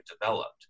developed